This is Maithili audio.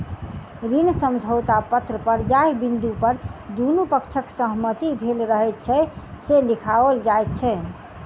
ऋण समझौता पत्र पर जाहि बिन्दु पर दुनू पक्षक सहमति भेल रहैत छै, से लिखाओल जाइत छै